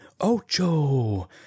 Ocho